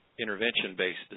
intervention-based